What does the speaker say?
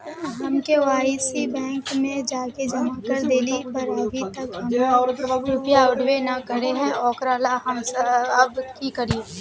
हम KYC bank में जाके जमा कर देलिए पर अभी तक हमर रुपया उठबे न करे है ओकरा ला हम अब की करिए?